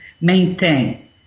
maintain